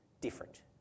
different